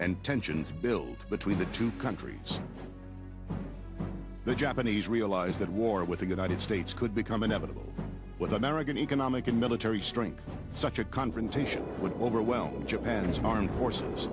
and tensions build between the two countries the japanese realize that war with the united states could become inevitable with american economic and military strength such a confrontation would overwhelm japan's armed forces